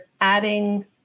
adding